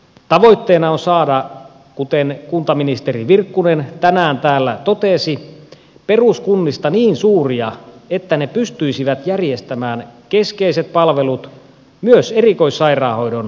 tavoitteena on saada kuten kuntaministeri virkkunen tänään täällä totesi peruskunnista niin suuria että ne pystyisivät järjestämään keskeiset palvelut myös erikoissairaanhoidon itsenäisesti